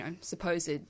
supposed